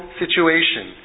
situation